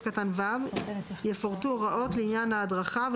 קטן (ו) יפורטו הוראות לעניין ההדרכה,